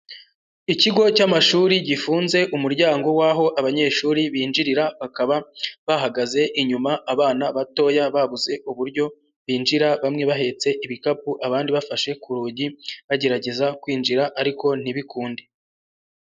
Ikigo cy'amashuri gifunze umuryango w'aho abanyeshuri binjirira bakaba, bahagaze inyuma, abana batoya babuze uburyo binjira, bamwe bahetse ibikapu abandi bafashe ku rugi, bagerageza kwinjira ariko ntibikunde.